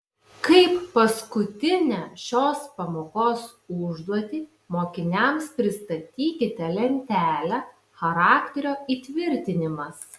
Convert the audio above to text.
kaip paskutinę šios pamokos užduotį mokiniams pristatykite lentelę charakterio įtvirtinimas